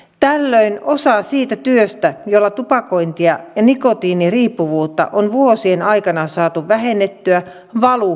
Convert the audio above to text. tällöin osa siitä työstä jolla tupakointia ja nikotiiniriippuvuutta on vuosien aikana saatu vähennettyä valuu hukkaan